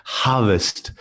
harvest